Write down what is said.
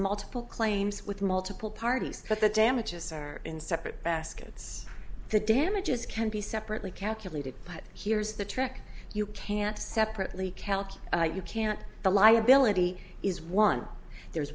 multiple claims with multiple parties but the damages are in separate baskets the damages can be separately calculated but here's the trick you can't separately kalki you can't the liability is one there's